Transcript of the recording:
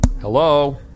Hello